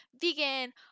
vegan